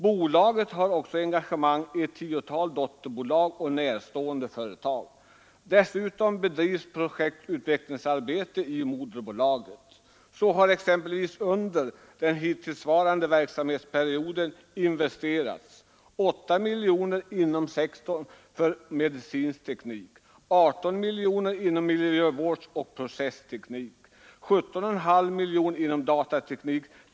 Bolaget har också engagemang i ett tiotal dotterbolag och närstående företag. Dessutom bedrivs projektutvecklingsarbete i moderbolaget. Så har exempelvis under den hittillsvarande verksamhetsperioden investerats 8 miljoner kronor inom sektorn för medicinsk teknik, 18 miljoner inom miljövårdsoch processteknik samt 17,5 miljoner inom datateknik.